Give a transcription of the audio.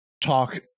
talk